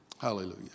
Hallelujah